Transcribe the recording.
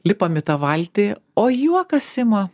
lipam į tą valtį o juokas ima